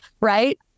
right